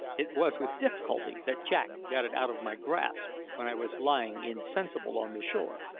it was with difficulty that jack got it out of my grasp when i was lying insensible on the shore.